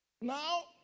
Now